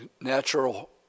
natural